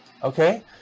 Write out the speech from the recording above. Okay